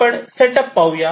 आपण सेटअप पाहू